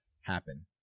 happen